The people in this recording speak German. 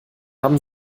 haben